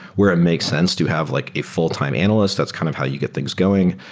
where it makes sense to have like a full-time analyst, that's kind of how you get things going.